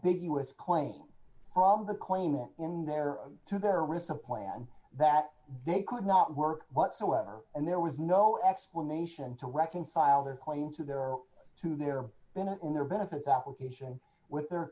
big us claim from the claimant in their own to their wrists a plan that they could not work whatsoever and there was no explanation to reconcile their claim to their to their bene in their benefits application with their